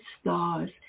stars